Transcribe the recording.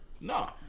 no